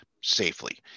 safely